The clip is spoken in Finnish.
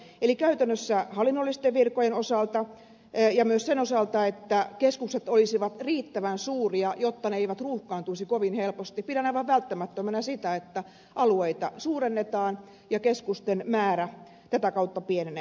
eli käytännössä hallinnollisten virkojen osalta ja myös sen osalta että keskukset olisivat riittävän suuria jotta ne eivät ruuhkaantuisi kovin helposti pidän aivan välttämättömänä sitä että alueita suurennetaan ja keskusten määrä tätä kautta pienenee